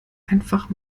einfach